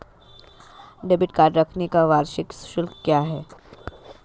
Debit card रखने का वार्षिक शुल्क क्या है?